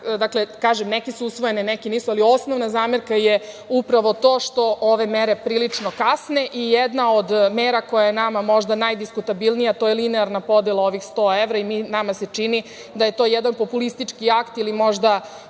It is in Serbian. predloge. Neki su usvojeni, neki nisu. Osnovna zamerka je upravo to što ove mere prilično kasne. Jedna od mera koja je nama možda najdiskutabilnija, to je linearna podela ovih 100 evra. Nama se čini da je to jedan populistički akt ili možda